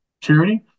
charity